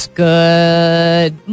good